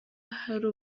hari